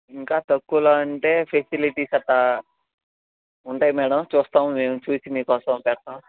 ఇంకా తక్కువలో అంటే ఫెసిలిటీస్ ఉంటాయి మేడమ్ చూస్తాం మేము చూసి మీకోసం చేస్తాం